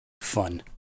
fun